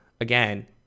Again